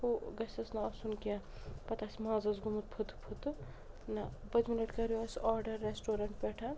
ہُو گَژھیٚس نہٕ آسُن کیٚنٛہہ پَتہٕ آسہِ مازَس گوٚمُت فُتہٕ فُتہٕ نَہ پٔتمہِ لَٹہِ کَریٛو اسہِ آرڈَر ریٚسٹورَنٛٹ پٮ۪ٹھ